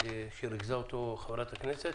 שריכזה אותו חברת הכנסת.